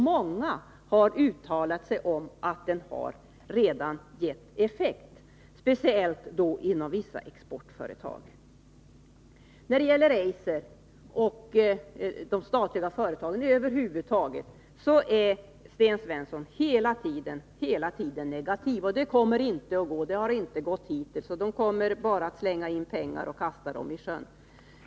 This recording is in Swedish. Många har uttalat att den redan gett effekt, speciellt inom vissa exportföretag. När det gäller Eiser och de statliga företagen över huvud taget är Sten Svensson hela tiden negativ: Det kommer inte att gå bra för dem, för det har inte gått hittills. Man bara slänger pengar i sjön.